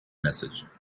message